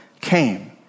came